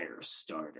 Firestarter